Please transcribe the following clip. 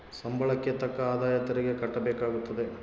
ಸಂಬಳಕ್ಕೆ ತಕ್ಕ ಆದಾಯ ತೆರಿಗೆ ಕಟ್ಟಬೇಕಾಗುತ್ತದೆ